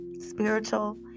spiritual